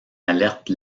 alerte